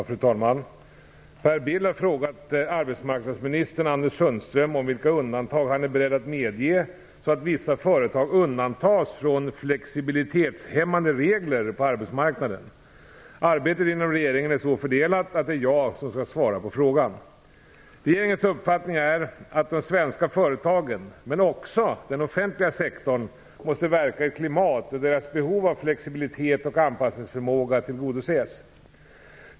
Fru talman! Per Bill har frågat arbetsmarknadsminister Anders Sundström om vilka undantag han är beredd att medge så att vissa företag undantas från flexibilitetshämmande regler på arbetsmarknaden. Arbetet inom regeringen är så fördelat att det är jag som skall svara på frågan. Regeringens uppfattning är att de svenska företagen, men också den offentliga sektorn, måste verka i ett klimat där deras behov av flexibilitet och anpassningsförmåga tillgodoses.